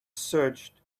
searched